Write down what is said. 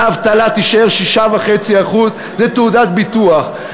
והאבטלה תישאר 6.5%. זו תעודות ביטוח.